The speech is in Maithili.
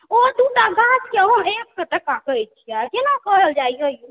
ओ दू टा गाछके ओ एक सए टका कहै छियै केना कहल जाइए ये